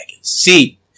See